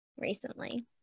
recently